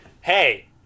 Hey